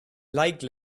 like